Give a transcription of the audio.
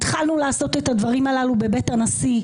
התחלנו לעשות את הדברים הללו בבית הנשיא,